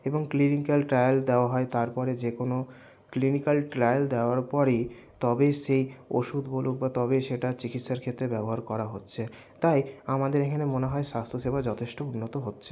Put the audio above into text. এবং clinical trial দেওয়া হয় তারপরে যেকোনো ক্লিনিকাল ট্রায়াল দেওয়ার পরেই তবেই সেই ওষুধ বলুক বা তবেই সেটা চিকিৎসার ক্ষেত্রে ব্যবহার করা হচ্ছে তাই আমাদের এখানে মনে হয় স্বাস্থ্যসেবা যথেষ্ট উন্নত হচ্ছে